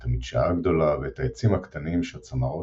את המדשאה הגדולה ואת העצים הקטנים שהצמרות